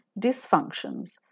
dysfunctions